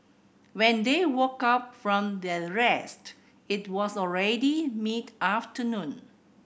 when they woke up from their rest it was already mid afternoon